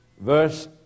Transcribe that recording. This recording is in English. verse